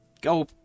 go